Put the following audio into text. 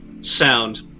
sound